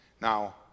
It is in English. now